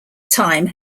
time